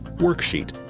worksheet.